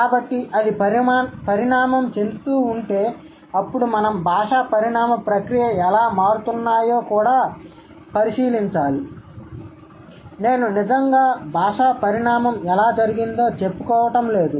కాబట్టి అది పరిణామం చెందుతూ ఉంటే అప్పుడు మనం భాషా పరిణామ ప్రక్రియ ఎలా మారుతున్నాయో కూడా పరిశీలించాలి నేను నిజంగా భాషా పరిణామం ఎలా జరిగిందో చెప్పుకోవటం లేదు